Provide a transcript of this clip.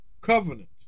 covenant